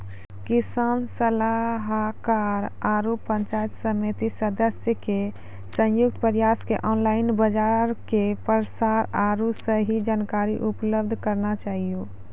किसान सलाहाकार आरु पंचायत समिति सदस्य के संयुक्त प्रयास से ऑनलाइन बाजार के प्रसार आरु सही जानकारी उपलब्ध करना चाहियो?